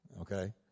okay